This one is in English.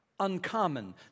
uncommon